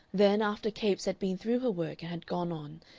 then, after capes had been through her work and had gone on,